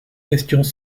questions